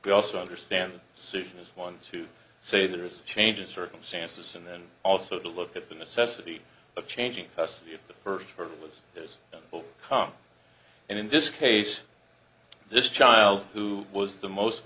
we also understand susan is one to say there is a change in circumstances and then also to look at the necessity of changing custody if the first hurdle is as well and in this case this child who was the most